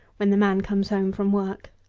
when the man comes home from work.